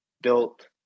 built